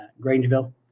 Grangeville